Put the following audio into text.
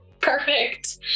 perfect